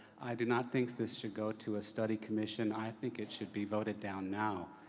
i do not think this should go to a study collision. i think it should be voted down now.